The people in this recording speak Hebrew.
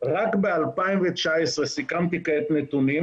רק ב-2019 סיכמתי כעת נתונים